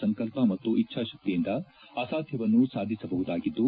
ಸಂಕಲ್ಪ ಮತ್ತು ಇಚ್ಧಾಶಕ್ತಿಯಿಂದ ಅಸಾಧ್ವವನ್ನು ಸಾಧಿಸಬಹುದಾಗಿದ್ದು